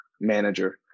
manager